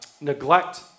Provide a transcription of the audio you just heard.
neglect